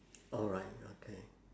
alright okay